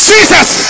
Jesus